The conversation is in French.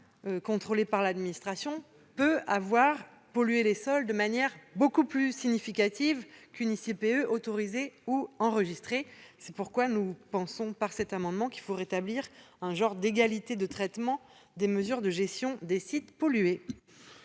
contrôlée par l'administration, peut avoir pollué les sols de manière beaucoup plus significative qu'une ICPE autorisée ou enregistrée. Cet amendement tend à rétablir une égalité de traitement dans les mesures de gestion des sites pollués.